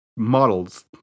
Models